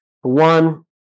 One